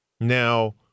Now